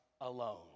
alone